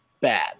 bad